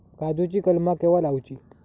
काजुची कलमा केव्हा लावची?